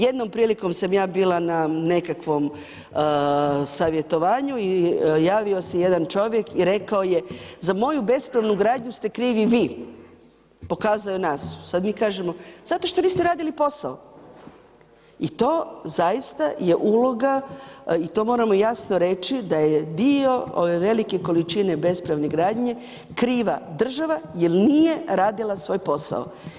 Jednom prilikom sam ja bila na nekakvom savjetovanju i javio se jedan čovjek i rekao je za moju bespravnu gradnju ste krivi vi, pokazao je nas, sad mi kažemo, zato što niste radili posao i to zaista je uloga i to moramo jasno reći da je dio ove velike količine bespravne gradnje kriva država jer nije radila svoj posao.